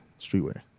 streetwear